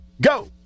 go